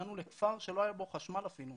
הגענו ל כפר שלא היה בו חשמל אפילו,